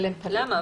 למה?